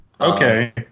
Okay